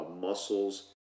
muscles